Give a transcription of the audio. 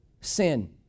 sin